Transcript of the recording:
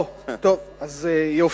או, טוב, אז יופי.